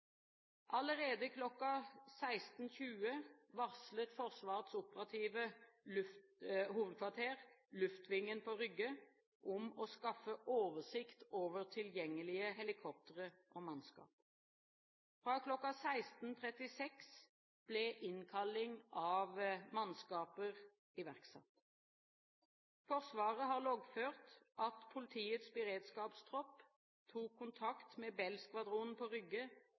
Allerede kl. 16.20 varslet Forsvarets operative hovedkvarter luftvingen på Rygge om å skaffe oversikt over tilgjengelige helikoptre og mannskap. Fra kl. 16.36 ble innkalling av mannskaper iverksatt. Forsvaret har loggført at Politiets beredskapstropp tok kontakt med Bell-skvadronen på Rygge